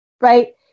Right